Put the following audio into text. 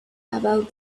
about